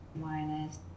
minus